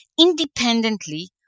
independently